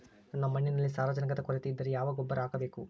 ನನ್ನ ಮಣ್ಣಿನಲ್ಲಿ ಸಾರಜನಕದ ಕೊರತೆ ಇದ್ದರೆ ಯಾವ ಗೊಬ್ಬರ ಹಾಕಬೇಕು?